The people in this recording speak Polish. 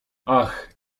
ach